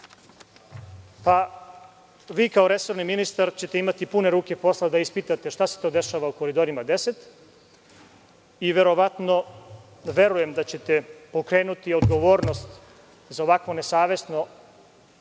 Vi kao resorni ministar ćete imati pune ruke posla da ispitate šta se to dešava u Koridorima 10 i verujem da ćete pokrenuti odgovornost za ovakvo nesavesno